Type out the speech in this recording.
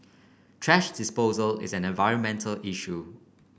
thrash disposal is an environmental issue